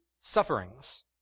sufferings